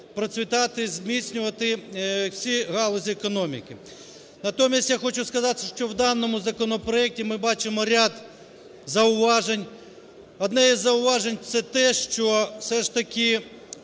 процвітати, зміцнювати всі галузі економіки. Натомість я хочу сказати, що у даному законопроекті ми бачимо ряд зауважень. Одне із зауважень – це те, що все ж таки